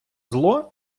зло